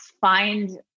find